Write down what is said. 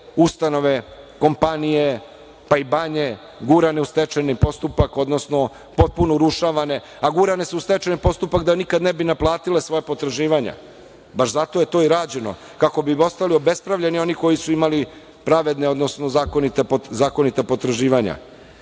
ustanove, kompanije, pa i banje gurane u stečajni postupak, odnosno potpuno urušavane, a gurane su u stečajni postupak da nikad ne bi naplatile svoja potraživanja. Baš zato je to i rađeno, kako bi ostali obespravljeni oni koji su imali pravedne, odnosno zakonita potraživanja. Borbu